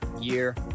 year